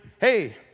hey